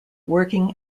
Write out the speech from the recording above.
working